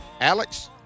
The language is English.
Alex